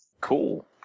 Cool